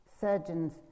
Surgeons